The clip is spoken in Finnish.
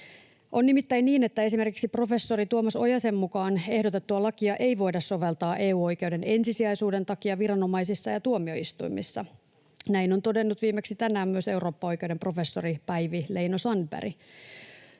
On nimittäin niin, että esimerkiksi professori Tuomas Ojasen mukaan ehdotettua lakia ei voida soveltaa EU-oikeuden ensisijaisuuden takia viranomaisissa ja tuomioistuimissa. Näin on todennut viimeksi tänään myös eurooppaoikeuden professori Päivi Leino-Sandberg.